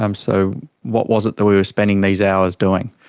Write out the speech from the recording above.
um so what was it that we were spending these hours doing.